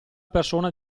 persona